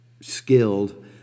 skilled